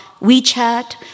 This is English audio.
WeChat